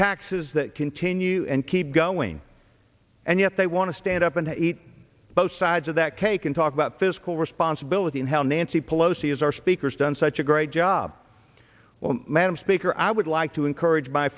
taxes that continue and keep going and yet they want to stand up and eat both sides of that cake and talk about fiscal responsibility and how nancy pelosi is our speaker he's done such a great job well madam speaker i would like to encourage my